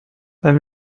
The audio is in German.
wenn